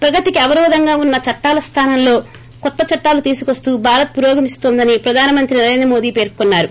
ప్రగతికి అవరోధంగా ఉన్న చట్టాల స్థానంలో కొత్త చట్టాలు తీసుకొస్తూ భారత్ పురోగమిస్తోందని ప్రధానమంత్రి నరేంద్రమోదీ పేర్కొన్నారు